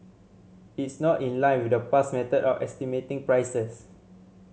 it's not in line with the past method of estimating prices